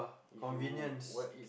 convenience